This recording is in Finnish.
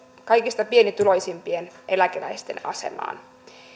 kaikista pienituloisimpien eläkeläisten asemaan